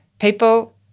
people